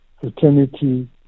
fraternity